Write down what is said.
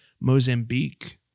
Mozambique